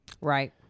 Right